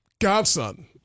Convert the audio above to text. godson